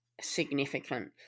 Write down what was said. significant